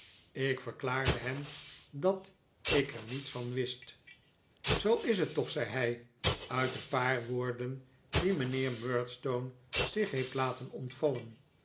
ik verklaarde hem dat ik er niets van wist zoo is t toch zei hij uit de paar woorden die mijnheer murdstone zich heeft laten ontvallen